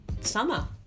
summer